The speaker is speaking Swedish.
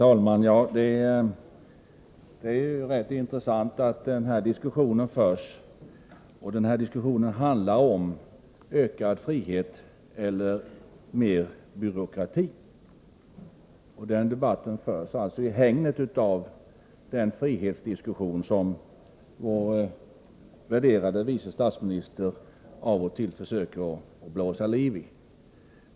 Herr talman! Det är rätt intressant att den här diskussionen förs. Den handlar om ökad frihet eller mer byråkrati. Denna debatt förs i hägnet av den frihetsdiskussion som vår värderade vice statsminister av och till försöker blåsa liv i.